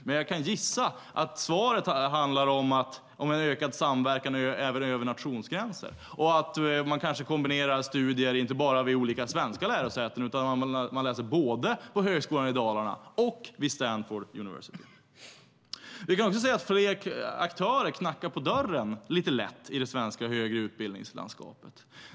Men jag kan gissa att svaret handlar om en ökad samverkan över nationsgränser och att man kanske kombinerar studier inte bara vid olika svenska lärosäten, utan man kanske läser både på Högskolan Dalarna och vid Stanford University. Vi kan också se att fler aktörer knackar på dörren lite lätt i det svenska högre utbildningslandskapet.